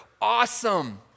awesome